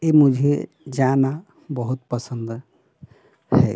ये मुझे जाना बहुत पसंद है